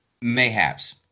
Mayhaps